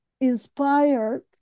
inspired